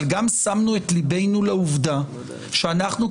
אבל גם שמנו את ליבנו לעובדה שאנחנו,